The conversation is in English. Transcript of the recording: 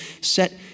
set